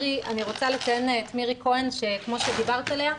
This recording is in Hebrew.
אני רוצה לציין את מירי כהן שכמו שדיברת עליה,